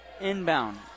inbound